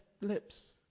lips